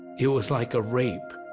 it was like a rape,